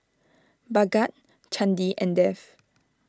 Bhagat Chandi and Dev